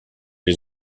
les